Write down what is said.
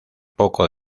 poco